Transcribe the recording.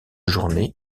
journée